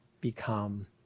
become